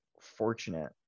fortunate